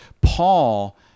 Paul